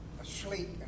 asleep